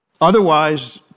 Otherwise